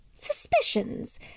suspicions